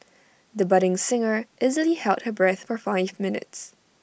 the budding singer easily held her breath for five minutes